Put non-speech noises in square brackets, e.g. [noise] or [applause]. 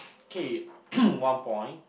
okay [noise] one point